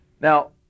Now